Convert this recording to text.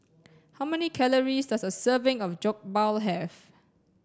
how many calories does a serving of Jokbal have